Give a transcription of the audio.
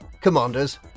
commanders